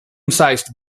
sized